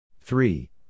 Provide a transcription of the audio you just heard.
Three